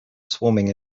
swarming